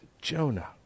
Jonah